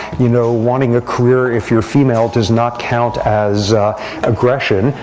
you know, wanting a career if you're female does not count as aggression.